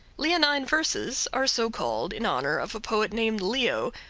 leonine verses are so called in honor of a poet named leo,